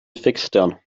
fixstern